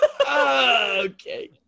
Okay